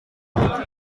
jove